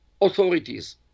authorities